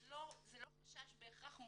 זה לא חשש בהכרח מוצדק,